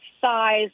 size